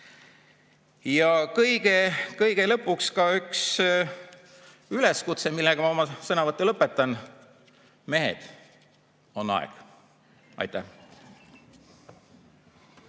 Kõige lõpuks ka üks üleskutse, millega ma oma sõnavõtu lõpetan: mehed, on aeg. Aitäh!